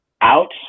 out